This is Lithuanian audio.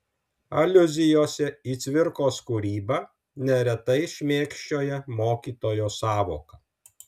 aliuzijose į cvirkos kūrybą neretai šmėkščioja mokytojo sąvoka